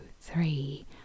three